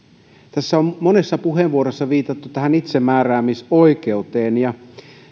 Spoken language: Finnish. tässä on monessa puheenvuorossa viitattu tähän itsemääräämisoikeuteen ja